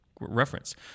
reference